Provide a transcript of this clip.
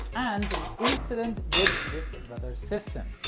and, an incident with this rudder system.